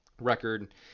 record